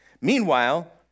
Meanwhile